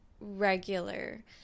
regular